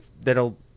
that'll